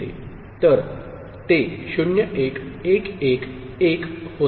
तर ते 0 1 1 1 1 होते